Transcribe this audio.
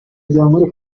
twaravuganye